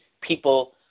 people